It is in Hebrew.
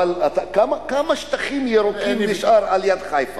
אבל כמה שטחים ירוקים נשארו על-יד חיפה?